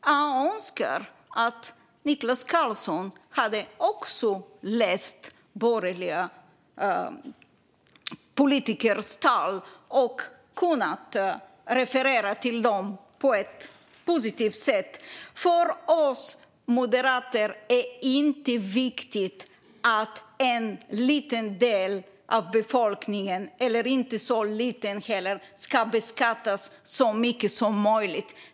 Jag önskar att Niklas Karlsson också hade läst borgerliga politikers tal och kunnat referera till dem på ett positivt sätt. För oss moderater är det inte viktigt att en - inte så liten - del av befolkningen beskattas så mycket som möjligt.